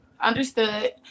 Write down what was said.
Understood